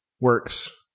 works